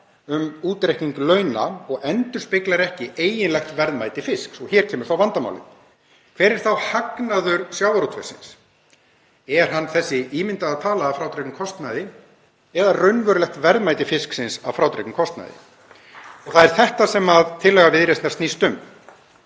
um útreikning launa og endurspeglar ekki eiginlegt verðmæti fisks. Og hér kemur þá vandamálið: Hver er þá hagnaður sjávarútvegsins? Er hann þessi ímyndaða tala að frádregnum kostnaði eða raunverulegt verðmæti fisksins að frádregnum kostnaði? Það er þetta sem tillaga Viðreisnar snýst um,